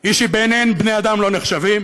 הוא שבעיניהן בני אדם לא נחשבים,